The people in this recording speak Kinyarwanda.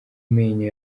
menyo